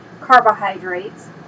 carbohydrates